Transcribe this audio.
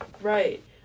Right